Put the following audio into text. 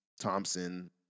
Thompson